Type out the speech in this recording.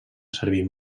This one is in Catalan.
servir